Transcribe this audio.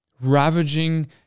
ravaging